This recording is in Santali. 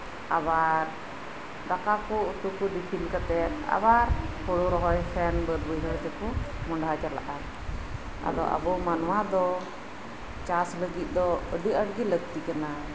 ᱟᱵᱟᱨ ᱫᱟᱠᱟ ᱠᱩ ᱩᱛᱩᱠᱩ ᱤᱥᱤᱱ ᱠᱟᱛᱮᱫ ᱟᱵᱟᱨ ᱦᱩᱲᱩ ᱨᱚᱦᱚᱭ ᱥᱮ ᱵᱟᱹᱫ ᱵᱟᱹᱭᱦᱟᱹᱲ ᱛᱮᱠᱩ ᱢᱚᱸᱰᱦᱟ ᱪᱟᱞᱟᱜᱼᱟ ᱟᱫᱩ ᱟᱵᱩ ᱢᱟᱱᱣᱟ ᱫᱚ ᱪᱟᱥ ᱞᱟᱹᱜᱤᱫ ᱫᱚ ᱟᱹᱰᱤ ᱟᱴᱜᱤ ᱞᱟᱹᱠᱛᱤ ᱠᱟᱱᱟ